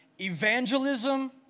Evangelism